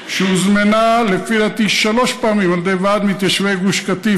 שהוזמנה לפי דעתי שלוש פעמים על ידי ועדת מתיישבי גוש קטיף